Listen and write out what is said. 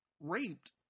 raped